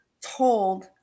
told